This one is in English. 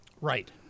Right